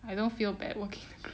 I don't feel bad working in a group